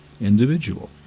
individual